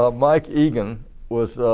ah mike hegan was